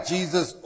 Jesus